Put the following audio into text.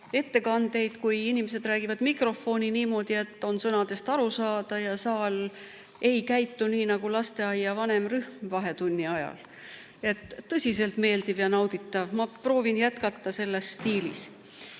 ettekandeid, kui inimesed räägivad mikrofoni niimoodi, et on sõnadest aru saada ja saal ei käitu nii nagu lasteaia vanem rühm vahetunni ajal. Tõsiselt meeldiv ja nauditav. Ma proovin jätkata selles stiilis.